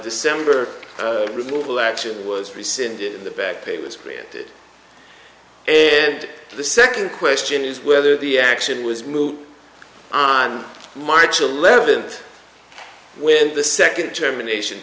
december removal action was rescinded the backpay was granted and the second question is whether the action was moved on march eleventh when the second germination